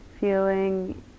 feeling